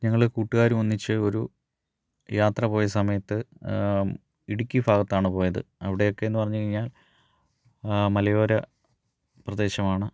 ഞങ്ങൾ കൂട്ടുകാരും ഒന്നിച്ചു ഒരു യാത്ര പോയ സമയത്ത് ഇടുക്കി ഭാഗത്താണ് പോയത് അവിടെ ഒക്കെ എന്നു പറഞ്ഞു കഴിഞ്ഞാൽ മലയോര പ്രദേശമാണ്